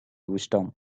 wisdom